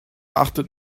achtet